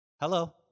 Hello